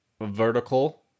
vertical